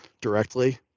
directly